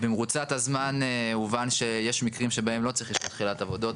במרוצת הזמן הובן שיש מקרים שבהם לא צריך אישור תחילת עבודות,